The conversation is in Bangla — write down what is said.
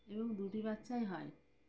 এবং দুটি বাচ্চাই হয়